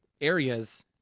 areas